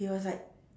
he was like